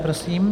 Prosím.